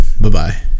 bye-bye